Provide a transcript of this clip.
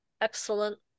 excellent